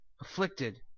afflicted